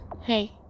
hey